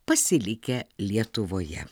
pasilikę lietuvoje